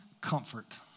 comfort